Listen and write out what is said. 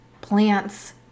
plants